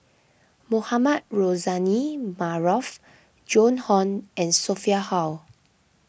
Mohamed Rozani Maarof Joan Hon and Sophia Hull